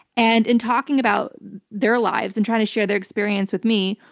and in talking about their lives and trying to share their experience with me,